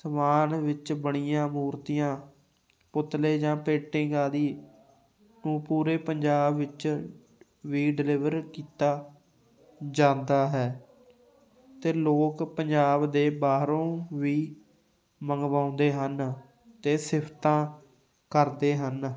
ਸਮਾਨ ਵਿੱਚ ਬਣੀਆਂ ਮੂਰਤੀਆਂ ਪੁਤਲੇ ਜਾਂ ਪੇਟਿੰਗ ਆਦਿ ਨੂੰ ਪੂਰੇ ਪੰਜਾਬ ਵਿੱਚ ਵੀ ਡਿਲੀਵਰ ਕੀਤਾ ਜਾਂਦਾ ਹੈ ਅਤੇ ਲੋਕ ਪੰਜਾਬ ਦੇ ਬਾਹਰੋਂ ਵੀ ਮੰਗਵਾਉਂਦੇ ਹਨ ਅਤੇ ਸਿਫਤਾਂ ਕਰਦੇ ਹਨ